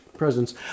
presence